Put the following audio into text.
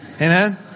Amen